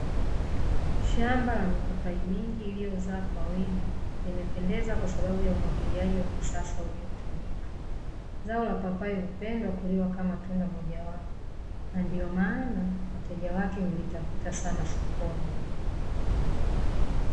Shamba la mipapai mingi, iliyozaa kwa wingi, limependeza kwasababu ya umwagiliaji wa kisasa uliotumika. Zao la papai hupendwa kuliwa kama tunda moja wapo, na ndio maana , wateja wake hulitafuta sana sokoni.